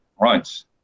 runs